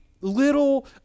little